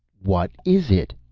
what is it?